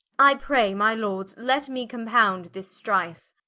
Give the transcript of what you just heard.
i pray my lords let me compound this strife.